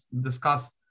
discuss